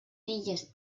illes